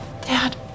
dad